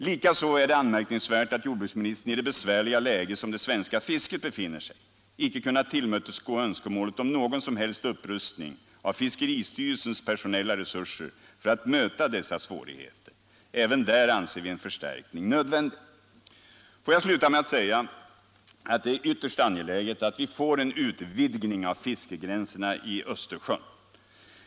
Likaså är det anmärkningsvärt att jordbruksministern i det besvärliga läge som det svenska fisket befinner sig i icke kunnat tillmötesgå önskemålet om någon som helst upprustning av fiskeristyrelsens personella resurser för att klara svårigheterna. Även där anser vi att en förstärkning är nödvändig. Låt mig sluta med att säga att det är ytterst angeläget att vi får en utvidgning av fiskegränserna i Östersjön.